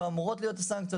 לא אמורות להיות סנקציות.